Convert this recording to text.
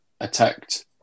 attacked